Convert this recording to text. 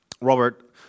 Robert